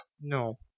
No